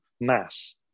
mass